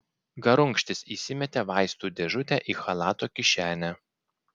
garunkštis įsimetė vaistų dėžutę į chalato kišenę